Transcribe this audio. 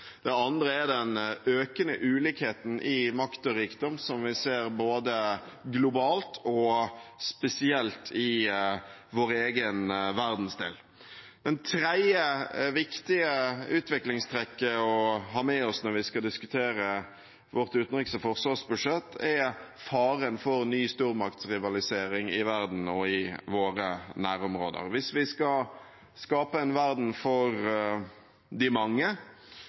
andre er den økende ulikheten i makt og rikdom som vi ser globalt, og spesielt i vår egen verdensdel. Det tredje viktige utviklingstrekket å ha med oss når vi skal diskutere vårt utenriks- og forsvarsbudsjett, er faren for ny stormaktrivalisering i verden og i våre nærområder. Hvis vi skal skape en verden for de mange